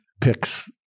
picks